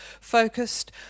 focused